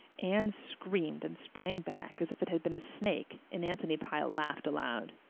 anne screamed and sprang back, as if it had been a snake, and anthony pye laughed aloud.